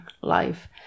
life